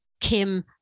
Kim